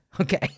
Okay